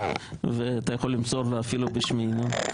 אתה יכול למסור לו אפילו בשמנו,